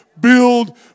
build